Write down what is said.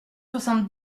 soixante